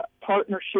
partnership